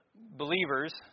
believers